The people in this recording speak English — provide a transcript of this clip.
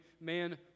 man